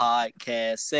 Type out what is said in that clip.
Podcast